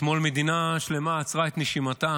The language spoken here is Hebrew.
אתמול מדינה שלמה עצרה את נשימתה